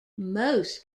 most